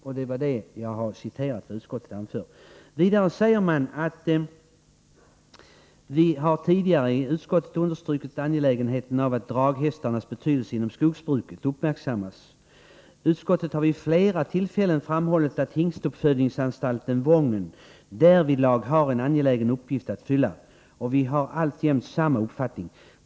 Jag har redan citerat vad utskottet anför. Vidare säger man att vi tidigare i utskottet har understrukit angelägenheten av att draghästarnas betydelse inom skogsbruket uppmärksammas. ”Utskottet har också vid flera tillfällen framhållit att hingstuppfödningsanstalten Wången därvidlag har en angelägen uppgift att fylla. Utskottet har alltjämt samma uppfattning.